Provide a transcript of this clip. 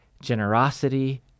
generosity